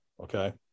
Okay